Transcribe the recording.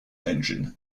engine